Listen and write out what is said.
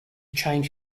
change